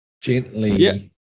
gently